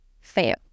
fail